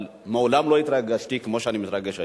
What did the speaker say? אבל מעולם לא התרגשתי כמו שאני מתרגש היום.